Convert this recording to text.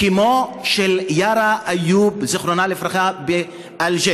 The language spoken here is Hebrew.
כמו של יארא איוב ז"ל בג'ש,